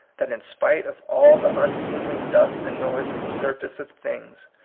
that in spite of all the unseemly dust and noise on the surface of things,